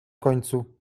końcu